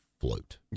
float